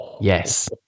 Yes